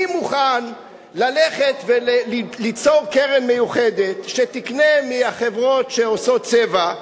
אני מוכן ללכת וליצור קרן מיוחדת שתקנה מהחברות שעושות צבע,